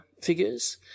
figures